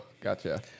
gotcha